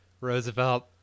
Roosevelt